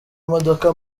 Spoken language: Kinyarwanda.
imodoka